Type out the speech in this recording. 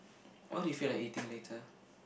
what do you feel like eating later